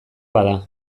bada